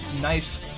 nice